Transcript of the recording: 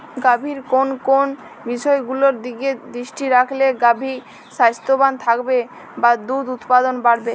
গাভীর কোন কোন বিষয়গুলোর দিকে দৃষ্টি রাখলে গাভী স্বাস্থ্যবান থাকবে বা দুধ উৎপাদন বাড়বে?